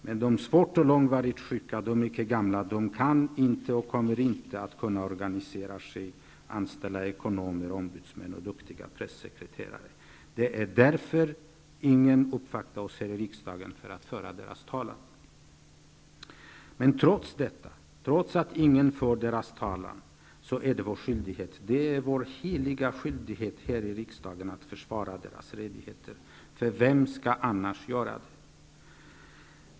Men de svårt och långvarigt sjuka, de mycket gamla, kan inte och kommer inte att kunna organisera sig, anställa ekonomer, ombudsmän och duktiga pressekreterare. Det är därför ingen uppvaktar oss här i riksdagen för att föra deras talan. Men trots att ingen för deras talan är det vår skyldighet, vår heliga skyldighet här i riksdagen att försvara deras rättigheter. För vem skall annars göra det?